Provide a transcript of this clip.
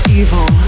evil